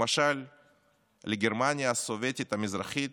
למשל לגרמניה הסובייטית המזרחית